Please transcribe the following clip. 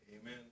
amen